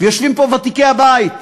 ויושבים פה ותיקי הבית.